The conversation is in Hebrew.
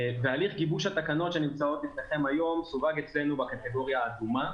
והליך גיבוש התקנות שנמצאות אצלכם היום סווג אצלנו בקטגוריה האדומה,